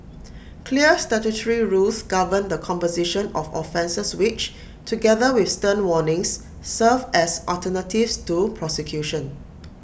clear statutory rules govern the composition of offences which together with stern warnings serve as alternatives to prosecution